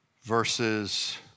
Verses